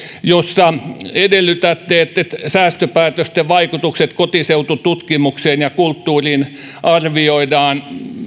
jossa edellytätte että säästöpäätösten vaikutukset kotiseutututkimukseen ja kulttuuriin arvioidaan